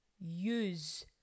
use